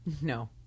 No